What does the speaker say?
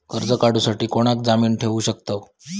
कर्ज काढूसाठी कोणाक जामीन ठेवू शकतव?